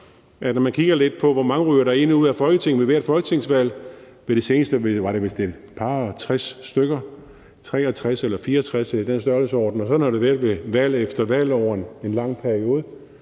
er jo også med blik for, hvor mange der ryger ind og ud af Folketinget ved hvert folketingsvalg. Ved det seneste var det vist et par og tres stykker, 63 eller 64 eller i den størrelsesorden, og sådan har det været ved valg efter valg over en lang periode.